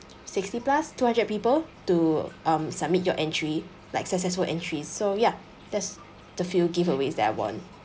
sixty plus two hundred people to um submit your entry like successful entries so ya that's the few giveaways that I won